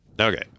Okay